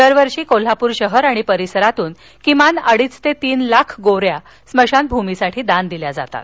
दरवर्षी कोल्हापूर शहर आणि परिसरातून किमान अडीच ते तीन लाख गोवऱ्या स्मशानभूमीसाठी दान दिल्या जातात